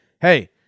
hey